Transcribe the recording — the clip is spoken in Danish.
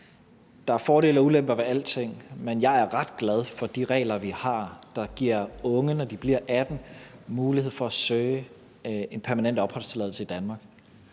Der er fordele og ulemper ved alting, men jeg er ret glad for de regler, vi har, der giver unge, når de bliver 18 år, mulighed for at søge en permanent opholdstilladelse i Danmark,